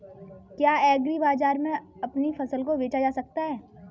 क्या एग्रीबाजार में अपनी फसल को बेचा जा सकता है?